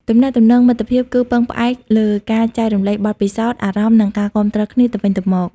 ទំនាក់ទំនងមិត្តភាពគឺពឹងផ្អែកលើការចែករំលែកបទពិសោធន៍ អារម្មណ៍ និងការគាំទ្រគ្នាទៅវិញទៅមក។